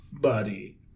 buddy